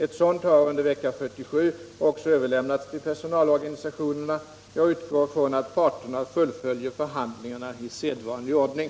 Ett sådant har under vecka 47 också överlämnats till personalorganisationerna. Jag utgår från att parterna fullföljer förhandlingarna i sedvanlig ordning.